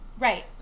Right